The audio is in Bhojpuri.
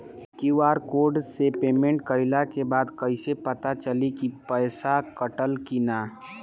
क्यू.आर कोड से पेमेंट कईला के बाद कईसे पता चली की पैसा कटल की ना?